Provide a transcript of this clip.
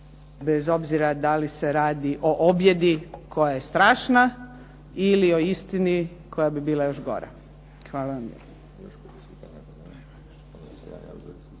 bez obzira da li se radi o objedi koja je strašna ili o istini koja bi bila još gora. Hvala vam